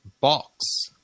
box